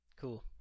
Cool